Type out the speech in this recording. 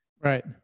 Right